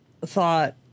thought